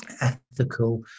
ethical